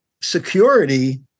security